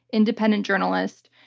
independent journalist,